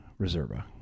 Reserva